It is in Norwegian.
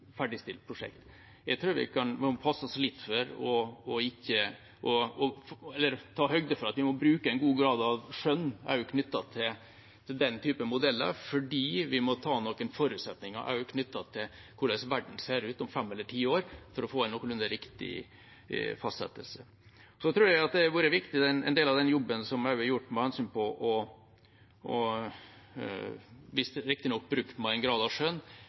ferdigstilt prosjekt? Jeg tror vi må ta høyde for at vi må bruke en stor grad av skjønn knyttet til den type modeller, fordi vi må ta utgangspunkt i noen forutsetninger om hvordan verden ser ut om fem eller ti år for å få en noenlunde riktig fastsettelse. Jeg tror også det har vært viktig, en del av den jobben som er gjort, og som går på, riktignok brukt med en grad av skjønn,